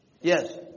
Yes